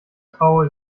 traue